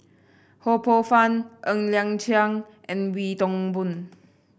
Ho Poh Fun Ng Liang Chiang and Wee Toon Boon